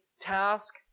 task